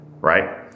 Right